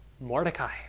Mordecai